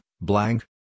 Blank